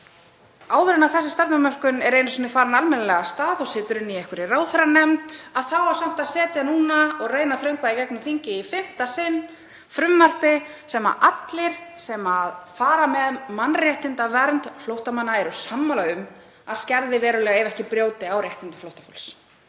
Áður en þessi stefnumörkun er einu sinni farin almennilega af stað og situr enn í einhverri ráðherranefnd þá á samt að reyna að þröngva í gegnum þingið í fimmta sinn frumvarpi sem allir sem fara með mannréttindavernd flóttamanna eru sammála um að skerði verulega, ef ekki brjóti á réttindum flóttafólks.